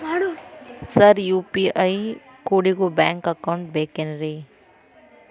Sir UPI ಕೋಡಿಗೂ bank account ಬೇಕೆನ್ರಿ?